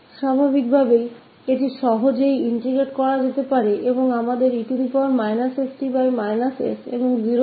तो स्वाभाविक रूप से इसे आसानी integrate किया जा सकता है और हमारे पास e st s है और फिर 0 से ∞ तक की सीमा है